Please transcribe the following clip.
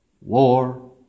war